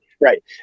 right